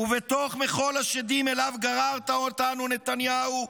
ובתוך מחול השדים שאליו גררת אותנו, נתניהו,